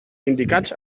indicats